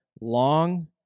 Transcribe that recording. long